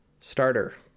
starter